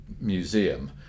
museum